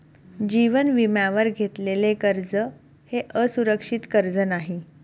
जीवन विम्यावर घेतलेले कर्ज हे असुरक्षित कर्ज नाही